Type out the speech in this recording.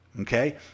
Okay